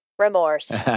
remorse